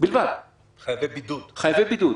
בלבד חייבי בידוד.